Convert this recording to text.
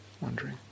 wondering